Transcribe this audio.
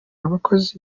abakozi